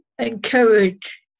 encourage